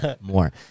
More